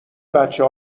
بچه